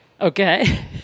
Okay